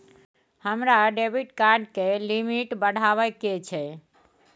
हमरा debit card के limit बढावा के छै